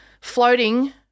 floating